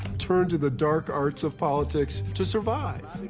turn to the dark arts of politics to survive.